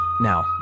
now